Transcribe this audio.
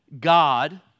God